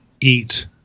eat